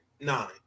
nine